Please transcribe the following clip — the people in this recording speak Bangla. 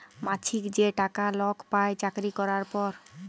মাছিক যে টাকা লক পায় চাকরি ক্যরার পর